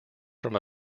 from